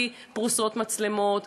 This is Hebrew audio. כי פרוסות מצלמות,